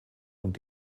und